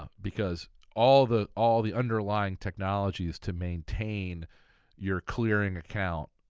ah because all the all the underlying technologies to maintain your clearing account,